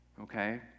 okay